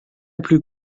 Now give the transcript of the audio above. plus